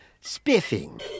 Spiffing